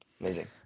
Amazing